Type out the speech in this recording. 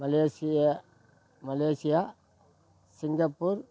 Malaysia Malaysia Singapore